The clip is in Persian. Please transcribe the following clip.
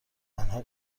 آنها